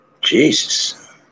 Jesus